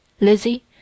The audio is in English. Lizzie